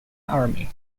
army